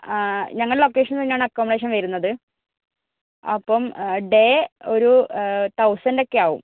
ഞങ്ങളെ ലൊക്കേഷനിൽ തന്നെയാണ് അക്കൊമൊഡേഷൻ വരുന്നത് അപ്പം ഡേ ഒരു തൗസൻ്റൊക്കെയാവും